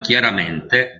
chiaramente